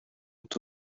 ont